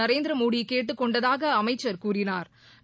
நரேந்திரமோடிகேட்டுக் கொண்டதாகஅமைச்சா் கூறினாா்